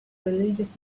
religious